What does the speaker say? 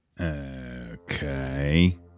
okay